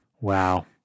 Wow